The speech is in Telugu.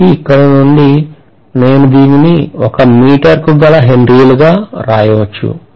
కాబట్టి ఇక్కడ నుండి నేను దీనిని ఒక మీటరుకు గల హెన్రీలుగా వ్రాయవచ్చు